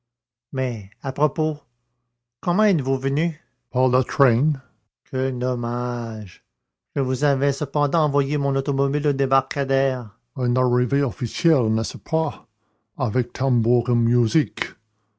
mais à propos comment êtes-vous venu par le train quel dommage je vous avais cependant envoyé mon automobile au débarcadère une arrivée officielle n'est-ce pas avec